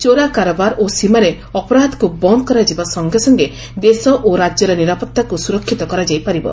ଚୋରା କାରବାର ଓ ସୀମାରେ ଅପରାଧକୁ ବନ୍ଦ୍ କରାଯିବା ସଙ୍ଗେ ସଙ୍ଗେ ଦେଶ ଓ ରାଜ୍ୟର ନିରାପଭାକୁ ସୁରକ୍ଷିତ କରାଯାଇପାରିବ